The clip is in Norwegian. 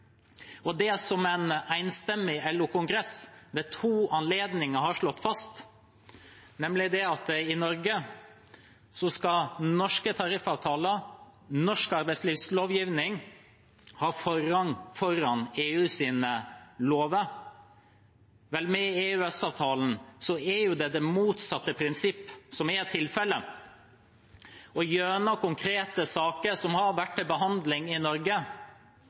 yrker i Norge. En enstemmig LO-kongress har ved to anledninger slått fast at i Norge skal norske tariffavtaler og norsk arbeidslivslovgivning ha forrang foran EUs lover. Vel, med EØS-avtalen er det motsatte prinsippet tilfellet. Gjennom konkrete saker som har vært til behandling i Norge